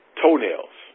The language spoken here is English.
toenails